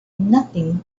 nothing